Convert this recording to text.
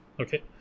Okay